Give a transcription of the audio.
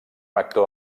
actor